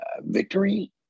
victory